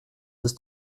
ist